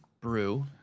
brew